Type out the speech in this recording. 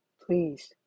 Please